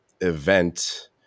event